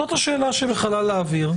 זאת השאלה שבחלל האוויר,